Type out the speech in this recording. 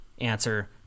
answer